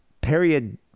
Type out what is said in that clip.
period